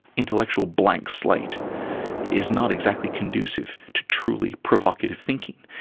intellectual blank slate is not exactly conducive to truly provocative thinking.